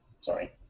Sorry